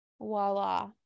voila